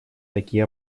такие